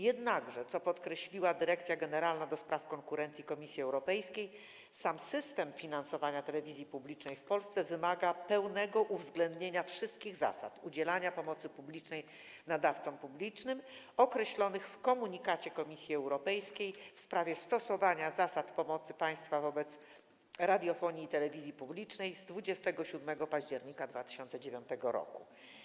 Jednakże, co podkreśliła Dyrekcja Generalna ds. Konkurencji Komisji Europejskiej, sam system finansowania telewizji publicznej w Polsce wymaga pełnego uwzględnienia wszystkich zasad udzielania pomocy publicznej nadawcom publicznym określonych w komunikacie Komisji Europejskiej w sprawie stosowania zasad pomocy państwa wobec radiofonii i telewizji publicznej z 27 października 2009 r.